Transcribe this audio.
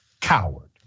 coward